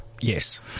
Yes